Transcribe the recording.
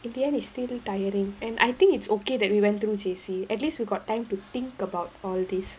in the end it's still tiring and I think it's okay that we went through J_C at least we got time to think about all this